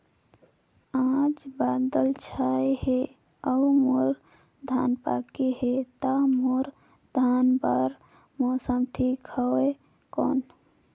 आज बादल छाय हे अउर मोर धान पके हे ता मोर धान बार मौसम ठीक हवय कौन?